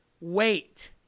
wait